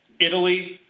Italy